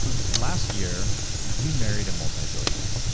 last year you married a multi-billionaire.